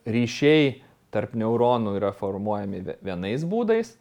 ryšiai tarp neuronų yra formuojami ve vienais būdais